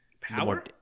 Power